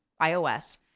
iOS